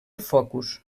focus